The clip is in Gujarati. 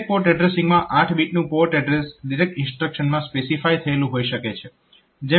ડિરેક્ટ પોર્ટ એડ્રેસીંગમાં 8 બીટનું પોર્ટ એડ્રેસ ડિરેક્ટ ઇન્સ્ટ્રક્શનમાં સ્પેસિફાય થયેલું હોઈ શકે છે